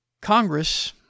congress